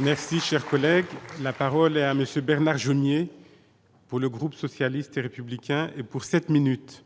Merci, cher collègue là. Parole est à monsieur Bernard Genier pour le groupe socialiste et républicain et pour 7 minutes.